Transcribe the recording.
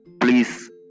Please